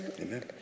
Amen